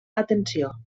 atenció